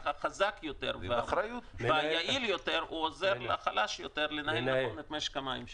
רק החזק והיעיל יותר עוזר לחלש יותר לנהל נכון את משק המים שלו.